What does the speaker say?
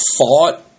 fought